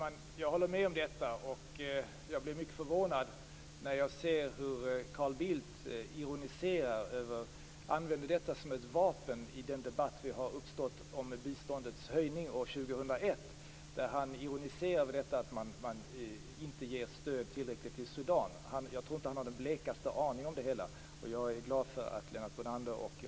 Fru talman! Jag håller med om detta. Jag blev mycket förvånad när jag såg hur Carl Bildt ironiserar över detta och använder det som ett vapen i den debatt som har uppstått om biståndets höjning år 2001. Han ironiserar över detta att man inte ger tillräckligt stöd till Sudan. Jag tror inte att han har en blekaste aning om det hela. Jag är glad för att Lennart Brunander tog upp detta.